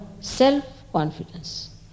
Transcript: self-confidence